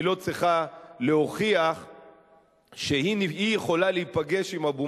היא לא צריכה להוכיח שהיא יכולה להיפגש עם אבו